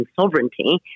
sovereignty